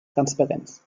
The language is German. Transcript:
transparenz